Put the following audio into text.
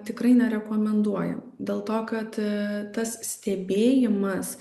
tikrai nerekomenduoju dėl to kad tas stebėjimas